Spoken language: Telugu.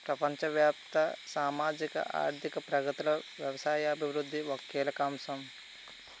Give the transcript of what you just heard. ప్రపంచవ్యాప్త సామాజిక ఆర్థిక ప్రగతిలో వ్యవసాయ అభివృద్ధి ఒక కీలక అంశం